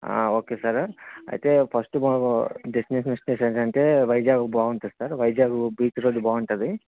okay sir అయి తే first బా డెస్టినేషన్ ప్లేస్ ఏంటంటే వైజాగ్ బాగుంటుంది సార్ వైజాగ్ బీచ్ రోడ్ బాగుంటుంది